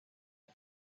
him